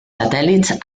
satèl·lits